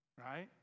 right